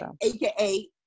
aka